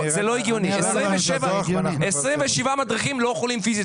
27 מדריכים לא יכולים להגיע פיזית